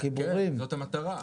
כן, זאת המטרה.